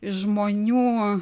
iš žmonių